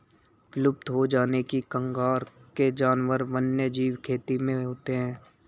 विलुप्त हो जाने की कगार के जानवर वन्यजीव खेती में होते हैं